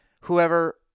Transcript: whoever